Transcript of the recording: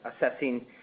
assessing